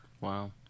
Wow